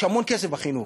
יש המון כסף בחינוך.